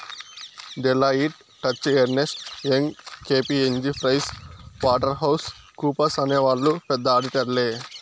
Deloitte, Touche Ernst, Young KPMG Price Water House కూపర్స్అనే వాళ్ళు పెద్ద ఆడిటర్లే